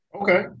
Okay